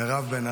מירב.